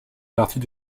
partie